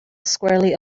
squarely